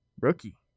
Rookie